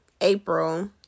April